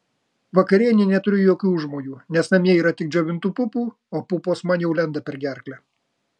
vakarienei neturiu jokių užmojų nes namie yra tik džiovintų pupų o pupos man jau lenda per gerklę